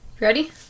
ready